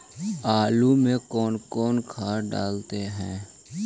आलू में कौन कौन खाद डालते हैं?